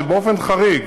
שבאופן חריג